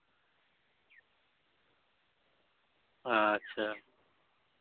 ᱟᱪᱪᱷᱟ